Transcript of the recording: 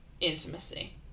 Intimacy